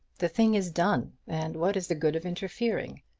the thing is done, and what is the good of interfering.